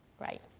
right